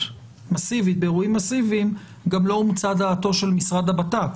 מסיבית באירועים מסיביים גם לא אומצה דעתו של משרד הבט"פ.